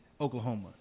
Oklahoma